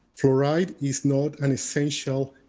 fluoride is not an essential,